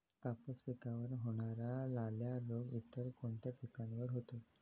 कापूस पिकावर होणारा लाल्या रोग इतर कोणत्या पिकावर होतो?